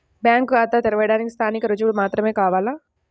Bank ఖాతా తెరవడానికి స్థానిక రుజువులు మాత్రమే కావాలా?